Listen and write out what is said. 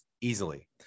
easily